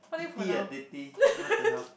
ti ti ah teh t what the hell